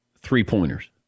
three-pointers